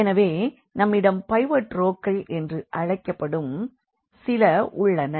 எனவே நம்மிடம் பைவோட் ரோக்கள் என்று அழைக்கப்படும் சில உள்ளன